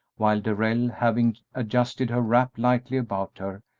while darrell, having adjusted her wrap lightly about her,